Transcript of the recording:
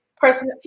person